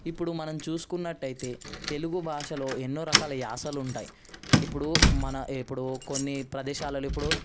ఇప్పుడు మనం చూసుకున్నట్టయితే తెలుగు భాషలో ఎన్నో రకాల యాసలు ఉంటాయి ఇప్పుడు మన ఇప్పుడు కొన్ని ప్రదేశాలలో ఇప్పుడు